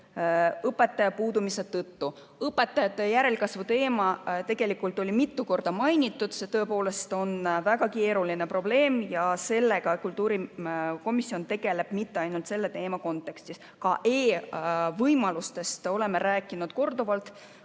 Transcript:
õpetaja puudumise tõttu. Õpetajate järelkasvu teema oli mitu korda mainitud. See on tõepoolest väga keeruline probleem ja sellega tegeleb kultuurikomisjon mitte ainult selle teema kontekstis. Ka e‑võimalustest oleme rääkinud korduvalt.